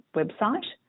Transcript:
website